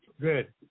Good